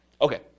Okay